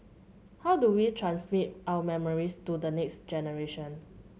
how do we transmit our memories to the next generation